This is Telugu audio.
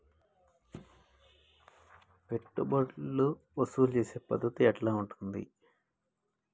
పెట్టుబడులు వసూలు చేసే పద్ధతి ఎట్లా ఉంటది?